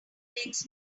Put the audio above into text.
makes